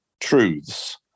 truths